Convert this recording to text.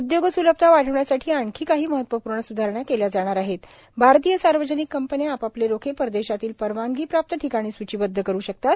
उद्योग स्लभता वाढविण्यासाठी आणखी काही महत्वपूर्ण स्धारणा केल्या जाणार आहेत भारतीय सार्वजनिक कंपन्या आपापले रोखे परदेशातील परवानगीप्राप्त ठिकाणी सूचिबद्ध करू शकतात